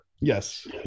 Yes